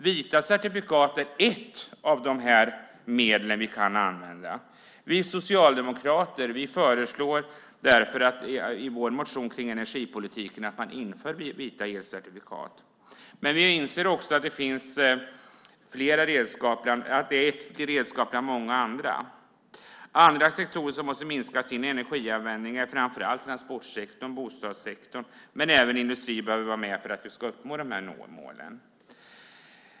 Vita certifikat är ett av de medel vi kan använda. Vi socialdemokrater föreslår därför i vår motion om energipolitiken att man inför vita elcertifikat, men vi inser också att det är ett redskap bland många andra. Andra sektorer som måste minska sin energianvändning är framför allt transportsektorn och bostadssektorn, men även industrin behöver vara med för att vi ska uppnå de här målen.